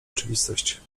oczywistość